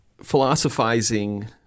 Philosophizing